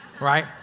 Right